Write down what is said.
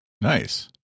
Nice